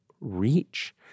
reach